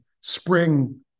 spring